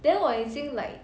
then 我已经 like